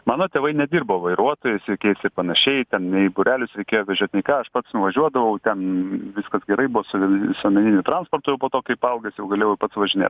mano tėvai nedirbo vairuotojais jokiais ir panašiai ten nei būrelius reikėjo vežiot nei ką aš pats nuvažiuodavau ten viskas gerai buvo su visuomeniniu transportu jau po to kai paaugęs jau galėjau pats važinėt